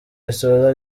risoza